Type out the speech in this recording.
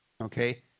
Okay